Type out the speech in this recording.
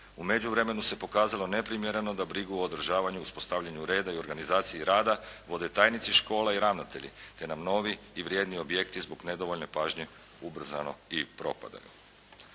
U međuvremenu se pokazalo neprimjereno da brigu o održavanju, uspostavljanju reda i organizaciji rada vode tajnici škole i ravnatelji, te nam mnogi novi i vrijedni objekti zbog nedovoljne pažnje ubrzano i propadaju.